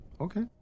Okay